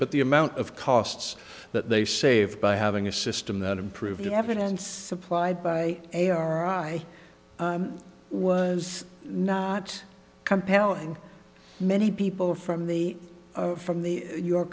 but the amount of costs that they save by having a system that improves the evidence supplied by a r i was not compelling many people from the from the your